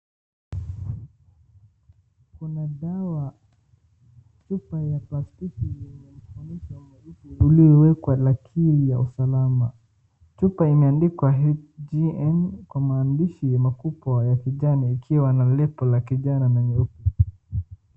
Kuna dawa chupa ya plastiki yenye kifuniko uliowekwa kwa ajili ya usalama chupa imeandikwa HGN kwa maandishi makubwa ya kijani ikiwa na lebo la kijana mweusi.